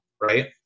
right